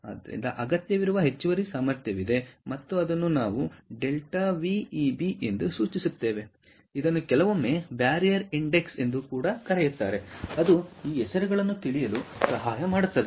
ಆದ್ದರಿಂದ ಅಗತ್ಯ ವಿರುವ ಹೆಚ್ಚುವರಿ ಸಾಮರ್ಥ್ಯವಿದೆ ಮತ್ತು ಅದನ್ನು ನಾವು Δವಿಇಬಿ ಎಂದು ಸೂಚಿಸುತ್ತೇವೆ ಇದನ್ನು ಕೆಲವೊಮ್ಮೆ ಬ್ಯಾರಿಯರ್ ಇಂಡೆಕ್ಸ್ ಎಂದೂ ಕರೆಯುತ್ತಾರೆ ಅದು ಈ ಹೆಸರುಗಳನ್ನು ತಿಳಿಯಲು ಸಹಾಯ ಮಾಡುತ್ತದೆ